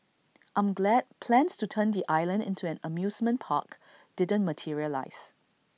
I'm glad plans to turn the island into an amusement park didn't materialise